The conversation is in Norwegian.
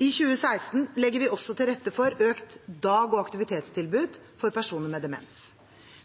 I 2016 legger vi også til rette for økt dag- og aktivitetstilbud til personer med demens.